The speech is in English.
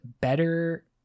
better